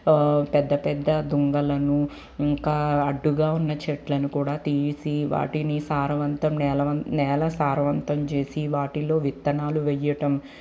పెద్ద పెద్ద దుంగలను ఇంకా అడ్డుగా ఉన్న చెట్లను కూడ తీసి వాటిని సారవంతం నేలవంతం నేల సారవంతం చేసి వాటిలో విత్తనాలు వెయ్యటం